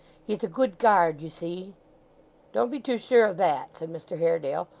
he's a good guard, you see don't be too sure of that said mr haredale,